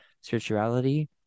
spirituality